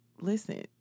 Listen